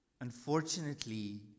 Unfortunately